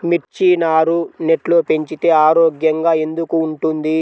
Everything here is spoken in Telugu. మిర్చి నారు నెట్లో పెంచితే ఆరోగ్యంగా ఎందుకు ఉంటుంది?